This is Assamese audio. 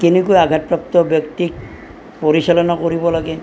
কেনেকৈ আঘাতপ্ৰাপ্ত ব্যক্তিক পৰিচালনা কৰিব লাগে